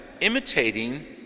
imitating